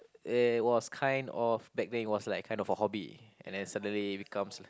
it was kind of back then it was like kind of a hobby and then suddenly it becomes